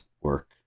work